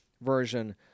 version